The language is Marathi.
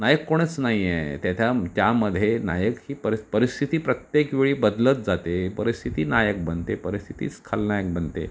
नायक कोणीच नाही आहे ते त्या त्यामध्ये नायक ही परि परिस्थिती प्रत्येक वेळी बदलत जाते परिस्थिती नायक बनते परिस्थितीच खलनायक बनते